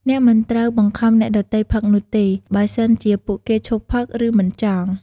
អ្នកមិនត្រូវបង្ខំអ្នកដទៃផឹកនោះទេ បើសិនជាពួកគេឈប់ផឹក ឬមិនចង់។